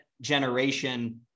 generation